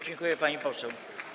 Dziękuję, pani poseł.